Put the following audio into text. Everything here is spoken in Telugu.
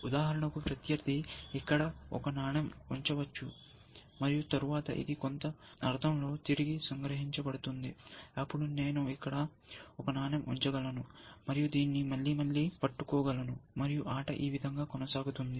ఉదాహరణకు ప్రత్యర్థి ఇక్కడ ఒక నాణెం ఉంచవచ్చు మరియు తరువాత ఇది కొంత అర్థంలో తిరిగి సంగ్రహించబడుతుంది అప్పుడు నేను ఇక్కడ ఒక నాణెం ఉంచగలను మరియు దీన్ని మళ్లీ మళ్లీ పట్టుకోగలను మరియు ఆట ఈ విధంగా కొనసాగుతుంది